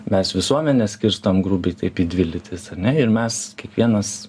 mes visuomenę skirstom grubiai taip į dvi lytis ar ne ir mes kiekvienas